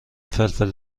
فلفل